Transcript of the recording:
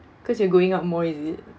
because you're going out more is it